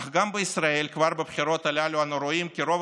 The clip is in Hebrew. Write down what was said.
אך גם בישראל כבר בבחירות הללו אנו רואים כי רוב